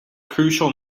crucial